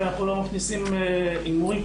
שאנחנו לא מכניסים הימורים,